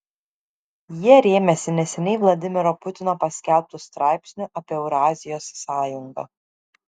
jie rėmėsi neseniai vladimiro putino paskelbtu straipsniu apie eurazijos sąjungą